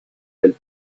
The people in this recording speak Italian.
del